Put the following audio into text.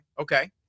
Okay